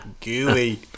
gooey